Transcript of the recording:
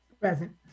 Present